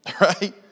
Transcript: Right